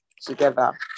together